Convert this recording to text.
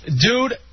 Dude